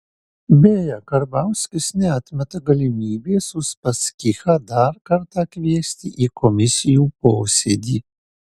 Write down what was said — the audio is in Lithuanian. beje karbauskis neatmeta galimybės uspaskichą dar kartą kviesti į komisijų posėdį